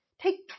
take